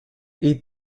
eat